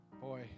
boy